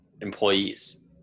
employees